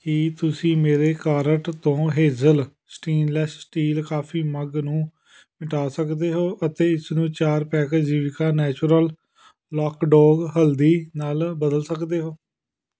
ਕੀ ਤੁਸੀਂ ਮੇਰੇ ਕਾਰਟ ਤੋਂ Hazel stainless steel coffee mug ਨੂੰ ਮਿਟਾ ਸਕਦੇ ਹੋ ਅਤੇ ਇਸ ਨੂੰ ਚਾਰ ਪੈਕਸ ਜੀਵਿਕਾ ਨੈਚੁਰਲ ਲੋਕਡੋਗ ਹਲਦੀ ਨਾਲ ਬਦਲ ਸਕਦੇ ਹੋ